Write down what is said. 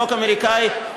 החוק האמריקני,